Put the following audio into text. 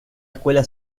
escuela